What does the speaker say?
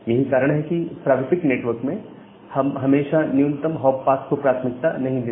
यही कारण है कि प्रारूपिक नेटवर्क में हम हमेशा न्यूनतम हॉप पाथ को प्राथमिकता नहीं देते